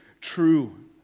true